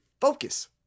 focus